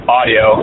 audio